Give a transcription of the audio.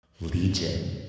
Legion